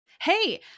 Hey